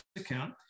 account